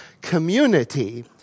community